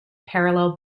parallel